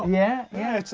um yeah. yes.